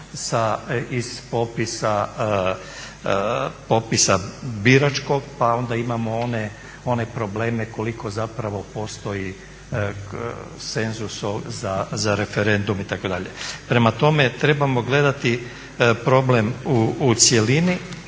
iz popisa biračkog, pa onda imamo one probleme koliko zapravo postoji cenzus za referendum itd. Prema tome, trebamo gledati problem u cjelini